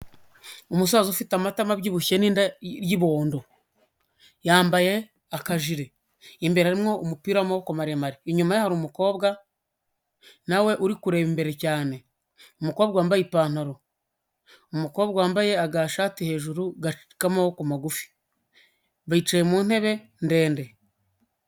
Umusaza ufite amatama abyibushye n'inda y'ibondo, yambaye akajire, imbere harimo umupira w'amaboko maremare, inyuma ye hari umukobwa na we uri kureba imbere cyane, umukobwa wambaye ipantaro, umukobwa wambaye agashati hejuru k'amaboko magufi, bicaye mu ntebe ndende.